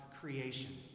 creation